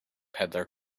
peddler